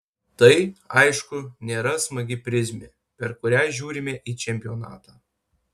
tai aišku nėra smagi prizmė per kurią žiūrime į čempionatą